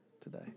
today